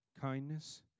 kindness